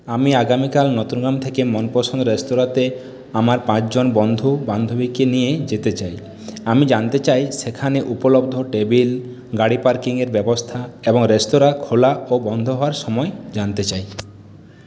আমি আগামীকাল নতুনগ্রাম থেকে মনপসন্দ রেস্তোরাঁতে আমার পাঁচজন বন্ধু বান্ধবীকে নিয়ে যেতে চাই আমি জানতে চাই সেখানে উপলব্ধ টেবিল গাড়ি পার্কিংয়ের ব্যবস্থা এবং রেস্তোরাঁ খোলা ও বন্ধ হওয়ার সময় জানতে চাই